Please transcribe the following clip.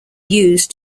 used